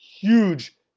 huge